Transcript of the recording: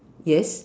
yes